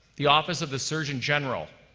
the office of the surgeon general,